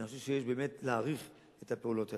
אני חושב שיש באמת להעריך את הפעולות האלה.